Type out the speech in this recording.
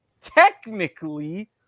technically